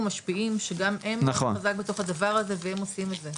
ומשפיעים" שגם הם חזק בתוך הדבר הזה והם עושים את זה,